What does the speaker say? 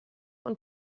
und